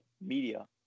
media